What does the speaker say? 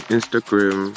Instagram